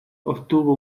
obtuvo